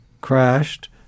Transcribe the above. crashed